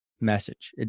message